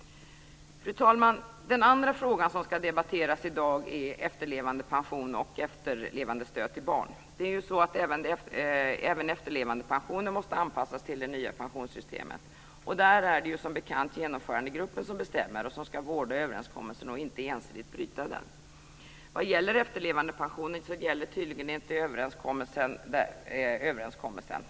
Den andra frågan som ska debatteras i dag är efterlevandepension och efterlevandestöd till barn. Det är ju så att även efterlevandepensionen måste anpassas till det nya pensionssystemet. Och där är det ju som bekant Genomförandegruppen som bestämmer och som ska vårda överenskommelsen och inte ensidigt bryta den. Överenskommelsen gäller tydligen inte efterlevandepensionen.